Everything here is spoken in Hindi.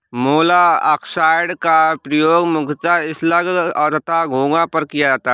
मोलॉक्साइड्स का प्रयोग मुख्यतः स्लग तथा घोंघा पर किया जाता है